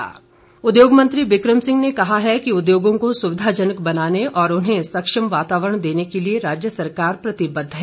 विक्रम उद्योग मंत्री विक्रम सिंह ने कहा है कि उद्योगों को सुविधाजनक बनाने और उन्हें सक्षम वातावरण देने के लिए राज्य सरकार प्रतिबद्ध है